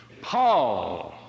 Paul